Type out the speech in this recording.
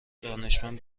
دانشمند